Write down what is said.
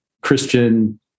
Christian